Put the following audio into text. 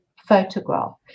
photograph